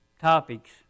topics